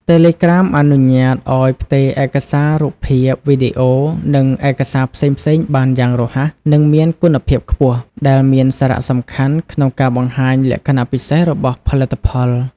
តេឡេក្រាមអនុញ្ញាតឱ្យផ្ទេរឯកសាររូបភាព វីដេអូ និងឯកសារផ្សេងៗបានយ៉ាងរហ័ស និងមានគុណភាពខ្ពស់ ដែលមានសារៈសំខាន់ក្នុងការបង្ហាញលក្ខណៈពិសេសរបស់ផលិតផល។